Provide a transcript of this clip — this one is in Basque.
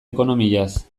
ekonomiaz